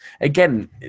Again